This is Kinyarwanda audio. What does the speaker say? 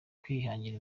kwihangira